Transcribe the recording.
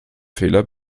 fehler